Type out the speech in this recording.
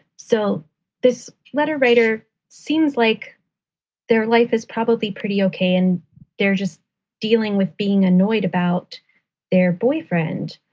so this letter writer seems like their life is probably pretty okay and they're just dealing with being annoyed about their boyfriend.